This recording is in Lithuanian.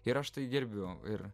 ir aš gerbiu ir